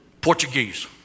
Portuguese